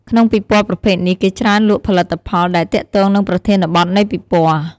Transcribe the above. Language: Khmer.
ក្នុងពិព័រណ៍ប្រភេទនេះ គេច្រើនលក់ផលិតផលដែលទាក់ទងនឹងប្រធានបទនៃពិព័រណ៍។